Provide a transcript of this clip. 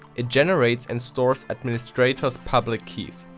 it generates and stores administrators' public keys.